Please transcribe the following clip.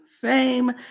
Fame